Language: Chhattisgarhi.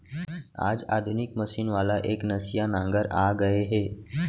आज आधुनिक मसीन वाला एकनसिया नांगर आ गए हे